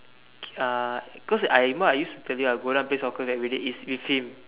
uh cause I remember I used to I tell you I go down and play soccer everyday it's with him